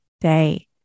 day